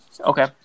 Okay